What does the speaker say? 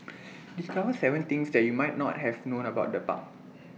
discover Seven things you might not have known about the park